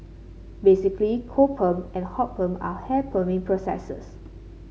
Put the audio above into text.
basically cold perm and hot perm are hair perming processes